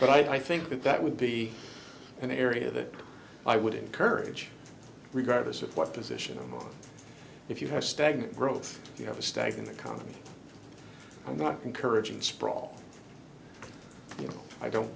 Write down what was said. but i think that that would be an area that i would encourage regardless of what position i'm on if you have stagnant growth you have a stagnant economy i'm not encouraging sprawl you know i don't